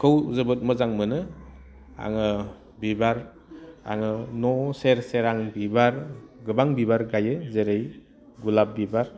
खौ जोबोद मोजां मोनो आङो बिबार आङो न' सेर सेर आं बिबार गोबां बिबार गाइयो जेरै गलाप बिबार